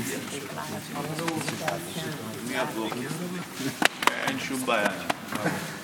שחאדה ללוות אחד את השני הרבה שנים.